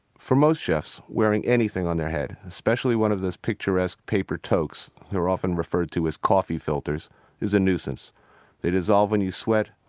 for most chefs, wearing anything on their head, especially one of those picturesque paper toques they're often referred to as coffee filters is a nuisance they dissolve when you sweat,